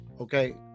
Okay